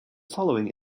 following